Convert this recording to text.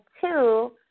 two –